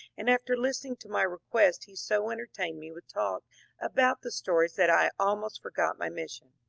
and after listening to my request he so entertained me with talk about the stories that i almost forgot my mission.